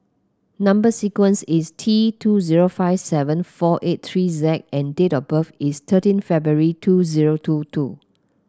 number sequence is T two zero five seven four eight three Z and date of birth is thirteen February two zero two two